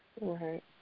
Right